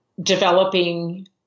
developing